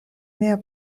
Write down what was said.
mia